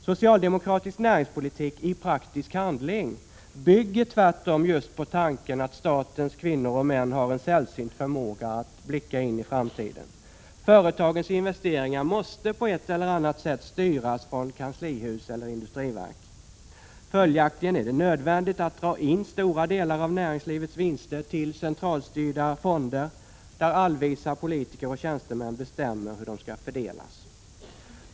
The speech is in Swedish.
Socialdemokratisk näringspolitik i praktisk handling bygger tvärtom just på tanken att statens kvinnor och män har en sällsynt förmåga att blicka in i framtiden. Företagens investeringar måste på ett eller annat sätt styras från kanslihus eller industriverk. Följaktligen är det nödvändigt att dra in stora delar av näringslivets vinster till centralstyrda fonder där allvisa politiker och tjänstemän bestämmer hur de skall fördelas.